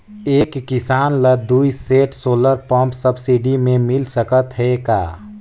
एक किसान ल दुई सेट सोलर पम्प सब्सिडी मे मिल सकत हे का?